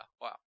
Wow